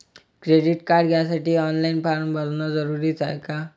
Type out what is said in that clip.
Credit card घ्यासाठी online form भरन जरुरीच हाय का?